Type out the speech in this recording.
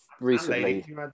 recently